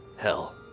Hell